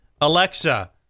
Alexa